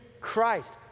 Christ